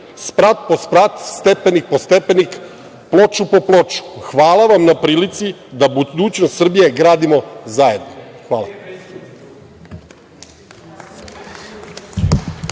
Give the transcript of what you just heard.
sprat po sprat, stepenik po stepenik, ploču po ploču. Hvala vam na prilici da budućnost Srbije gradimo zajedno. Hvala.